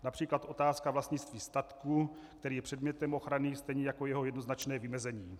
Například otázka vlastnictví statku, který je předmětem ochrany, stejně jako jeho jednoznačné vymezení.